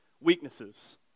weaknesses